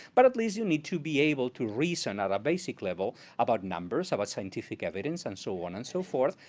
but at least you need to be able to reason of a basic level about numbers, about a scientific evidence and so on and so forth.